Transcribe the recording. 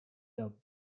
dub